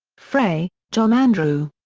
frey, john andrew.